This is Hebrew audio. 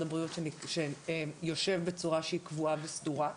הבריאות בצורה שהיא קבועה וסדורה ביחד?